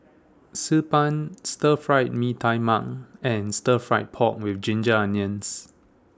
Xi Ban Stir Fried Mee Tai Mak and Stir Fried Pork with Ginger Onions